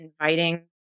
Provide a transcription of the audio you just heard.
inviting